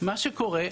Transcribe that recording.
מה שקורה,